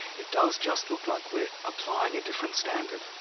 it does just look like we're applying a different standard,